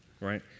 right